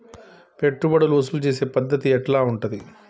పెట్టుబడులు వసూలు చేసే పద్ధతి ఎట్లా ఉంటది?